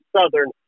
southern